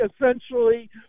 essentially